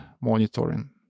monitoring